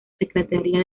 secretaría